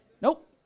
Nope